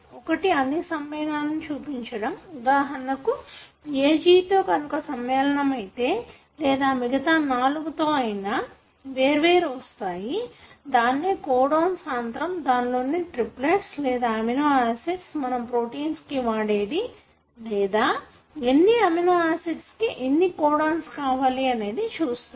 ఒకటి అన్ని సమ్మేళనాలు చూపించడం ఉదాహరణకు AG తో కనుక సమ్మేళనం అయితే లేదా మిగతా 4 తో అయినా వేర్వేరు వస్తాయి దానినే కోడోన్స్ ఆంత్రము దానిలోనే త్రిప్లెట్స్ లేదా అమినోయాసిడ్స్ మనం ప్రోటీన్స్ కి వాడేది లేదా ఎన్ని అమినోయాసిడ్స్ కు ఎన్ని కొడాన్స్ కావాలి అనేది చూస్తారు